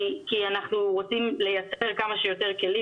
כי אנחנו רוצים לייצר כמה שיותר כלים